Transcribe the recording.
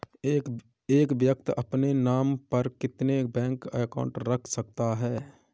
एक व्यक्ति अपने नाम पर कितने बैंक अकाउंट रख सकता है?